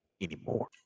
anymore